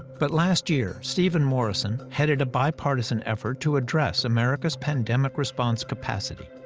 but last year, stephen morrison headed a bipartisan effort to address america's pandemic response capacity.